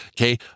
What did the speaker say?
okay